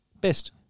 Best